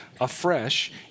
afresh